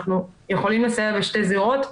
אנחנו יכולים לסייע בשתי זירות,